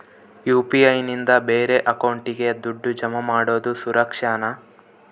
UPI ನಿಂದ ಬೇರೆ ಅಕೌಂಟಿಗೆ ದುಡ್ಡು ಜಮಾ ಮಾಡೋದು ಸುರಕ್ಷಾನಾ?